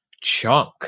chunk